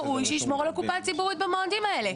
ברור שהוא ישמור על הקופה הציבורית במועדים האלה.